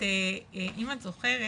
אם את זוכרת